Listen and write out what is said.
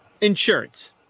insurance